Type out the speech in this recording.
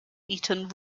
eaten